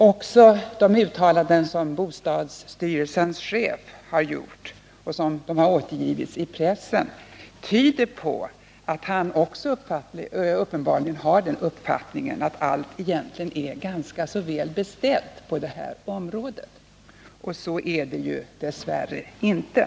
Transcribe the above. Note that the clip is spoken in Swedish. Också det uttalande som bostadsstyrelsens chef har gjort och som har återgivits i pressen tyder på att han uppenbarligen också har den uppfattningen att allt egentligen är ganska väl beställt på detta område. Så är det dess värre inte.